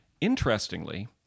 interestingly